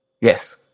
Yes